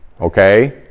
okay